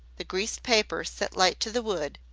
the greased paper set light to the wood,